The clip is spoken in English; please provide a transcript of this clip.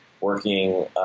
working